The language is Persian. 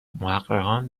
محققان